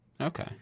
Okay